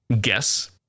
guess